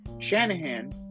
Shanahan